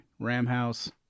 Ramhouse